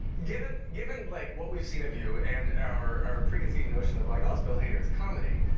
given given like what we've seen of you and our our preconceived notion of, like, oh, it's bill hader. it's comedy.